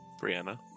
Brianna